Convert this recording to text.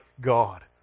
God